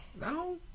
No